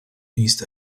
east